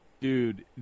Dude